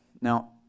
Now